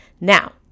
now